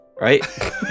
right